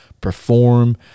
perform